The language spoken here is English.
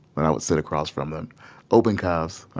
when i would sit across from them open cuffs,